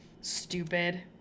Stupid